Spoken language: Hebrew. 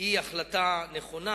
היא החלטה נכונה.